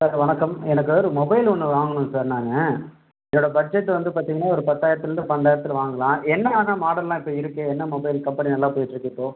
sir வணக்கம் எனக்கு ஒரு மொபைலு ஒன்று வாங்கணும் சார் நான் என்னோடய பட்ஜெட் வந்து பார்த்திங்கன்னா ஒரு பத்தாயிரத்துலேருந்து பன்னெண்ட்டாயிரத்தில் வாங்கலாம் என்னன்ன மாடல்லாம் இப்போ இருக்குது என்ன மொபைல் கம்பெனி நல்லா போயிட்ருக்குது இப்போது